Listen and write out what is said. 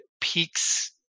peaks